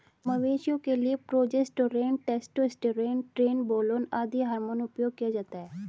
मवेशियों के लिए प्रोजेस्टेरोन, टेस्टोस्टेरोन, ट्रेनबोलोन आदि हार्मोन उपयोग किया जाता है